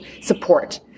support